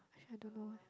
I don't know